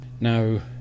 now